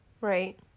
Right